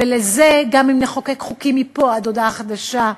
גם אם נחוקק חוקים מפה עד הודעה חדשה,